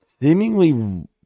seemingly